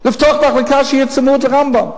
לפתוח מחלקה שתהיה צמודה ל"רמב"ם",